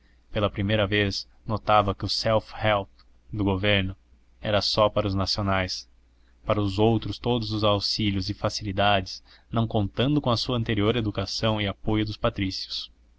pela primeira vez notava que o self help do governo era só para os nacionais para os outros todos os auxílios e facilidades não contando com a sua anterior educação e apoio dos patrícios